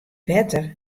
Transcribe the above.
wetter